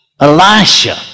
Elisha